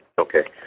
Okay